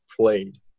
played